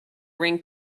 ring